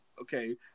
Okay